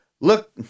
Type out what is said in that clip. look